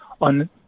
on